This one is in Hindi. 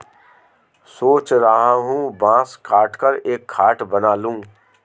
सोच रहा हूं बांस काटकर एक खाट बना लूं